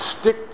stick